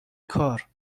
کار